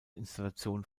installation